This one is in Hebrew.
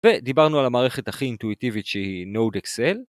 ודיברנו על המערכת הכי אינטואיטיבית שהיא NodeXL